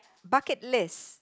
bucket list